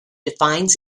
defines